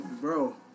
Bro